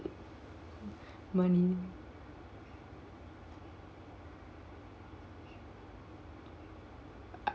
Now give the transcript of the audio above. money